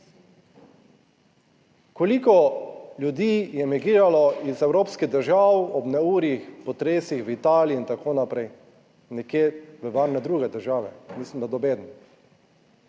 Koliko ljudi je migriralo iz evropskih držav ob neurjih, potresih, v Italiji in tako naprej? Nekje v varne druge države, mislim, da nobeden.